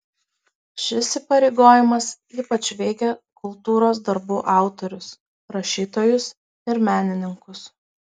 šis įpareigojimas ypač veikia kultūros darbų autorius rašytojus ir menininkus